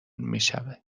میشود